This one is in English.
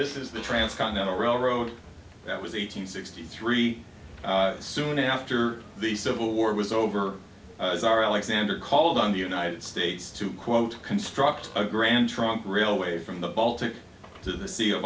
this is the transcontinental railroad that was eight hundred sixty three soon after the civil war was over as our alexander called on the united states to quote construct a grand trumpery away from the baltic to the sea of